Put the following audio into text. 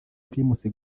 primus